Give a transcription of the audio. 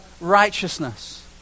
righteousness